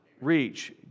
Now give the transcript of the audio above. reach